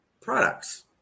products